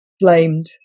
Blamed